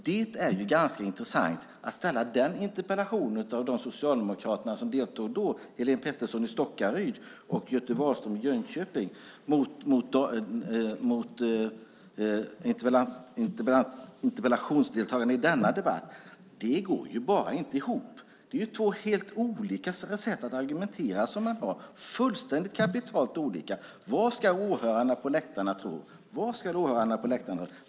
Det är ganska intressant att ställa den interpellationen och de socialdemokrater som deltog debatten, Helene Petersson i Stockaryd och Göte Wahlström från Jönköping, mot interpellationsdeltagarna i denna debatt. Det går bara inte ihop. Det är två helt olika sätt att argumentera, fullständigt och kapitalt olika. Vad ska åhörarna på läktarna tro?